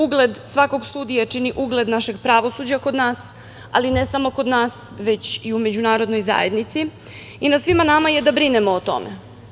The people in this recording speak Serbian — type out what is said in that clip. Ugled svakog sudije čini ugled našeg pravosuđa kod nas, ali ne samo kod nas, već i u međunarodnoj zajednici i na svima nama je da brinemo o tome.